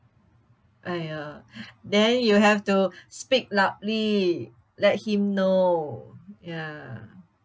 !aiya! then you have to speak loudly let him know ya